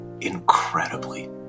incredibly